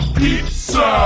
pizza